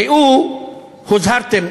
ראו הוזהרתם.